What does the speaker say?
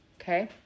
Okay